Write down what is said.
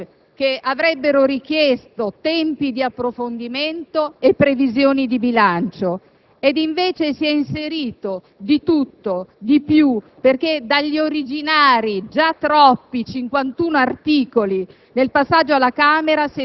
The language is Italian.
materie che avrebbero richiesto tempi di approfondimento e previsioni di bilancio. Ed invece si è inserito di tutto di più, perché agli originari già troppi 51 articoli